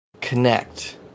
connect